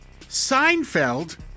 Seinfeld